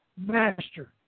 master